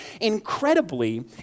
Incredibly